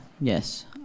Yes